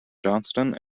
johnston